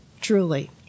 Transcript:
Truly